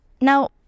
Now